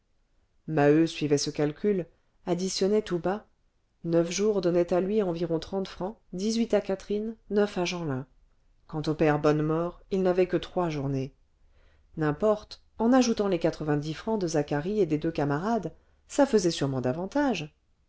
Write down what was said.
maheu suivait ce calcul additionnait tout bas neuf jours donnaient à lui environ trente francs dix-huit à catherine neuf à jeanlin quant au père bonnemort il n'avait que trois journées n'importe en ajoutant les quatre-vingt-dix francs de zacharie et des deux camarades ça faisait sûrement davantage